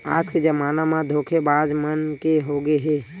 आज के जमाना ह धोखेबाज मन के होगे हे